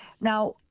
now